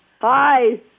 Hi